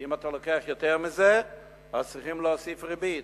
אם אתה לוקח יותר מזה אז צריכים להוסיף ריבית.